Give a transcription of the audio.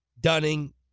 Dunning